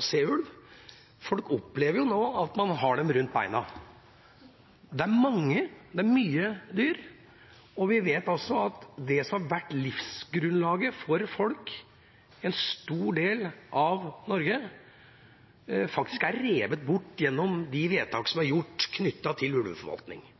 se ulv. Folk opplever jo nå at man har dem rundt beina. Det er mange dyr. Vi vet også at det som har vært livsgrunnlaget for folk i en stor del av Norge, faktisk er revet bort gjennom de vedtakene som er gjort knyttet til ulveforvaltningen.